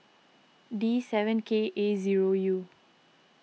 D seven K A zero U